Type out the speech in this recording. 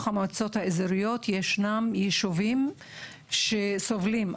המועצות האזוריות ישנם ישובים שסובלים,